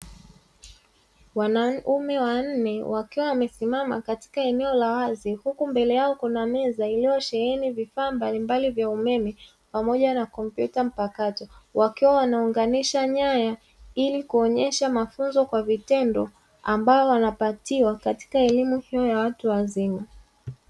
Wanaume wanne wakiwa wamesimama katika eneo la wazi, huku mbele yao kuna meza iliyosheheni vifaa mbalimbali vya umeme pamoja na kompyuta mpakato, wakiwa wanaunganisha nyaya ili kuonyesha mafunzo kwa vitendo ambayo wanapatiwa katika elimu hiyo ya watu wazima.